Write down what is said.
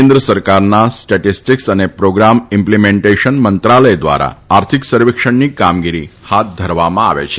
કેન્દ્ર સરકારના સ્ટેટિસ્ટીક્સ અને પ્રોગ્રામ ઈમ્પ્લીમેન્ટેશન મંત્રાલય વ્રારા આર્થિક સર્વેક્ષણની કામગીરી હાથ ધરવામાં આવે છે